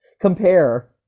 compare